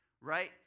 right